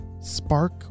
Spark